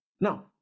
Now